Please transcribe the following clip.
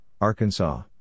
Arkansas